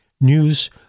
news